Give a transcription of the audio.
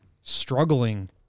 struggling